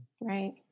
Right